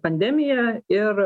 pandemiją ir